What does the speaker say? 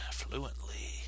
fluently